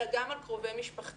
אלא גם על קרובי משפחתם.